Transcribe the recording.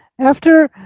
after